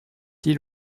bruit